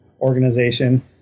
organization